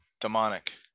Demonic